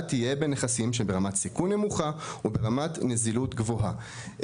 תהיה בנכסים שהם ברמת סיכון נמוכה וברמת נזילות גבוהה.